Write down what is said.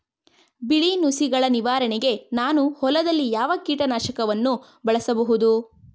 ಬಿಳಿ ನುಸಿಗಳ ನಿವಾರಣೆಗೆ ನಾನು ಹೊಲದಲ್ಲಿ ಯಾವ ಕೀಟ ನಾಶಕವನ್ನು ಬಳಸಬಹುದು?